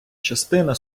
частина